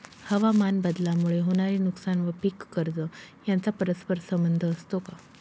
हवामानबदलामुळे होणारे नुकसान व पीक कर्ज यांचा परस्पर संबंध असतो का?